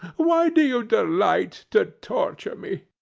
why do you delight to torture me?